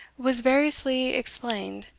was variously explained.